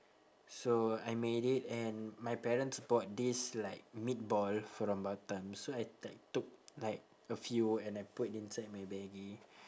so I made it and my parents bought this like meatball from batam so I like took like a few and I put inside my maggi